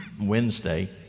Wednesday